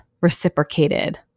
reciprocated